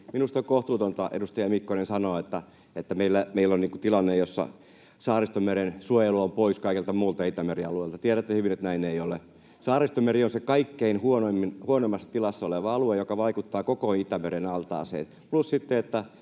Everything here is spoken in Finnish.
minusta on kohtuutonta sanoa, edustaja Mikkonen, että meillä on tilanne, jossa Saaristomeren suojelu on pois kaikelta muulta Itämeren alueella — te tiedätte hyvin, että näin ei ole. Saaristomeri on se kaikkein huonoimmassa tilassa oleva alue, joka vaikuttaa koko Itämeren altaaseen.